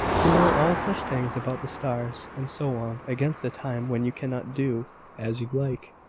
to know all such things about the stars, and so on, against the time when you cannot do as you like,